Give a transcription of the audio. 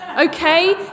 Okay